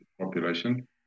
population